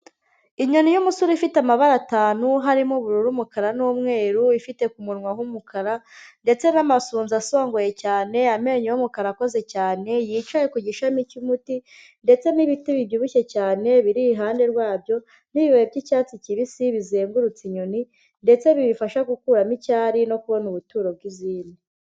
Inyoni y'umusure ifite amabara atanu harimo: ubururu, umukara, n'umweru, ifite ku munwa h'umukara ndetse n'amasunzu asongoye cyane, amenyo y'umukara akoze cyane, yicaye ku gishami cy'umuti ndetse n'ibiti bibyibushye cyane biri iruhande rwabyo, n'ibibabi by'icyatsi kibisi bizengurutse inyoni, ndetse bibifasha gukuramo icyari, no kubona ubuturo bw'izindi.